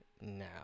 now